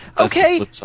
Okay